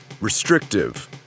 restrictive